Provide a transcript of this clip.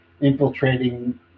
infiltrating